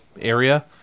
area